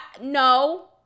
no